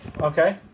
Okay